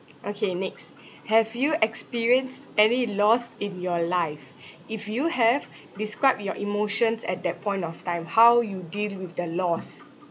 okay next have you experienced any loss in your life if you have describe your emotions at that point of time how you deal with the loss